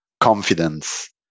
confidence